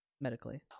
medically